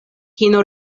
kino